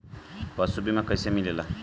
पशु बीमा कैसे मिलेला?